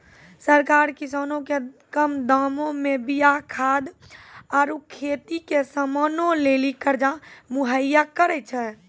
सरकार किसानो के कम दामो मे बीया खाद आरु खेती के समानो लेली कर्जा मुहैय्या करै छै